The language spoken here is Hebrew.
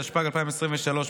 התשפ"ג 2023,